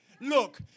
Look